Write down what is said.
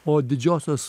o didžiosios